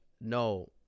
No